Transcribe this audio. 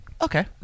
okay